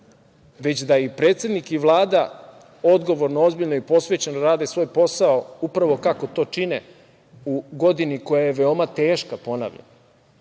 već da i predsednik i Vlada odgovorno, ozbiljno i posvećeno rade svoj posao, upravo kako to čine u godini koja je veoma teška, ponavljam.